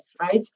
right